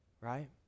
right